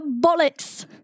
bollocks